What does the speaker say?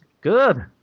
good